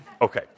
okay